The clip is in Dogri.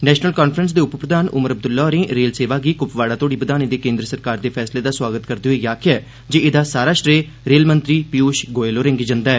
नेषनल कांफ्रेंस दे उप प्रधान उमर अब्दुल्ला होरें रेल सेवा गी कुपवाड़ा तोह्ड़ी बधाने दे केन्द्र सरकार दे फैसले दा सोआगत करदे होई आखेआ ऐ जे एह्दा सारा श्रेय रेल मंत्री पीयूश गोयल होरें'गी जंदा ऐ